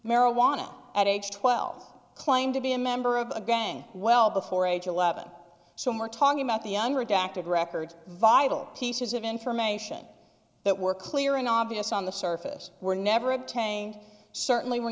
marijuana at age twelve claimed to be a member of a gang well before age eleven so we're talking about the younger adaptive records vital pieces of information that were clear and obvious on the surface were never obtained certainly were